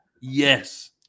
Yes